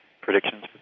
predictions